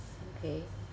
okay